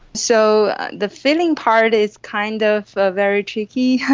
so the feeling part is kind of ah very tricky,